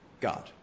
God